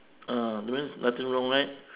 ah that means nothing wrong right